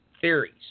theories